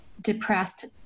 depressed